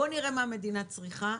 בוא נראה מה המדינה צריכה.